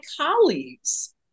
colleagues